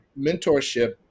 mentorship